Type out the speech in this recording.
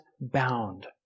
bound